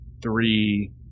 three